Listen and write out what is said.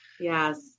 Yes